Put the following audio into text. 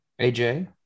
AJ